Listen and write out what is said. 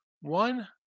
One